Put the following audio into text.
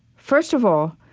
first of all,